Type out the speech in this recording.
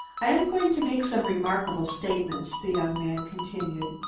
i am going to make some remarkable statements, the young man continued,